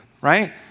right